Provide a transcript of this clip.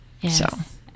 Yes